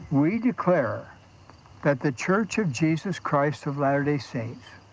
we declare that the church of jesus christ of latter-day saints,